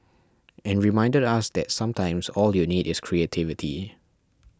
and reminded us that sometimes all you need is creativity